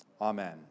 Amen